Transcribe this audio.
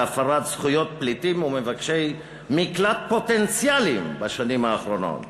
להפרת זכויות פליטים ומבקשי מקלט פוטנציאליים בשנים האחרונות.